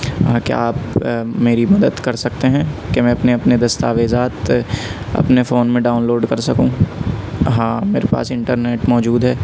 ہاں کیا آپ میری مدد کر سکتے ہیں کہ میں اپنے اپنے دستاویزات اپنے فون میں ڈاؤنلوڈ کر سکوں ہاں میرے پاس انٹرنیٹ موجود ہے